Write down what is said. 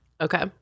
Okay